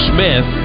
Smith